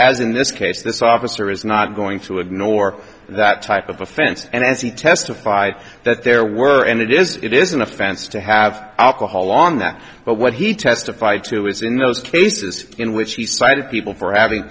as in this case this officer is not going to ignore that type of offense and as he testified that there were and it is it is an offense to have alcohol on that but what he testified to is in those cases in which he cited people for having